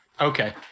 okay